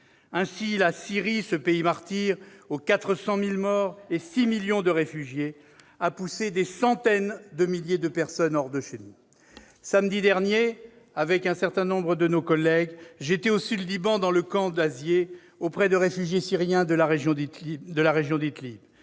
en Syrie, pays martyr aux 400 000 morts et aux 6 millions de réfugiés, a poussé des centaines de milliers de personnes hors de chez elles. Samedi dernier, j'étais, avec un certain nombre de mes collègues, au Sud-Liban, dans le camp d'Azzieh, auprès de réfugiés syriens de la région d'Idlib.